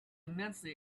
immensely